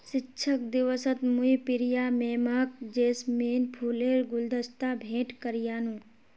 शिक्षक दिवसत मुई प्रिया मैमक जैस्मिन फूलेर गुलदस्ता भेंट करयानू